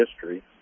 history